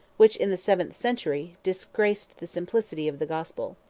which, in the seventh century, disgraced the simplicity of the gospel.